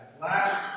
Last